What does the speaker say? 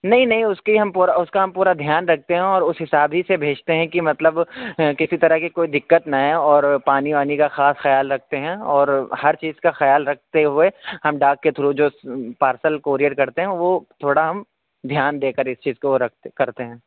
نہیں نہیں اس کی ہم پورا اس کا ہم ہورا دھیان رکھتے ہیں اور اس حساب ہی سے بھیجتے ہیں کہ مطلب کسی طرح کی کوئی دقت نہ آئے اور پانی وانی کا خاص خیال رکھتے ہیں اور ہر چیز کا خیال رکھتے ہوئے ہم ڈاک کے تھرو جو پارسل کوریئر کرتے ہیں وہ تھوڑا ہم دھیان دے کر اس چیز کو کرتے ہیں